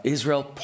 Israel